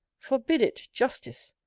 forbid it, justice!